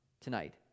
tonight